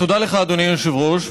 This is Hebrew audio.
תודה לך, אדוני היושב-ראש.